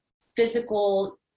physical